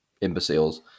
imbeciles